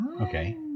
Okay